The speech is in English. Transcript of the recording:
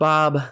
Bob